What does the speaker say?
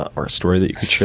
or a story that you could